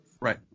Right